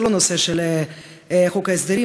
וזה לא הנושא של חוק ההסדרים,